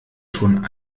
schon